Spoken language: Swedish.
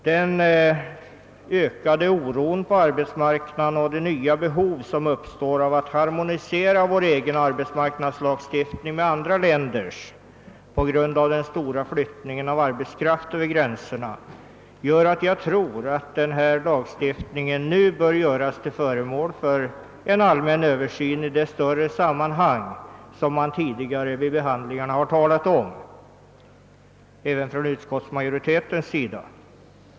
Den ökade oron på arbetsmarknaden och de nya behov som uppstår av att harmonisera vår egen arbetsmarknadslagstiftning med andra länders på grund av den stora flyttningen av arbetskraft över gränserna föranleder att denna lagstiftning nu bör göras till föremål för en allmän översyn i det större sammanhang som man vid de tidigare behandlingarna av denna fråga har talat om även från utskottsmajoritetens sida.